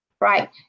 right